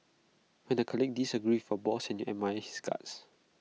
when the colleague disagrees for boss and you admire his guts